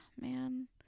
man